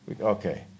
Okay